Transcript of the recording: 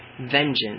vengeance